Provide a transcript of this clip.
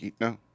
no